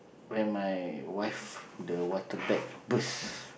when my wife the water bag burst